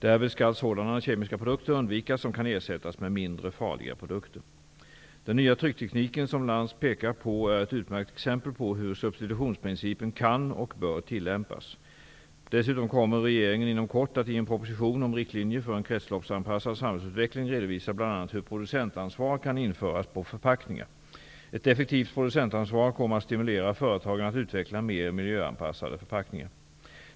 Därvid skall sådana kemiska produkter undvikas som kan ersättas med mindre farliga produkter. Den nya trycktekniken som Lantz pekar på är ett utmärkt exempel på hur substitutionsprincipen kan och bör tillämpas. Dessutom kommer regeringen inom kort att i en proposition om riktlinjer för en kretsloppsanpassad samhällsutveckling redovisa bl.a. hur producentansvar kan införas på förpackningar. Ett effektivt producentansvar kommer att stimulera företagen att utveckla mer miljöanpassade förpackningar.